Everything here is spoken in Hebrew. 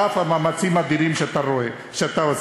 על אף המאמצים האדירים שאתה עושה.